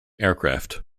aircraft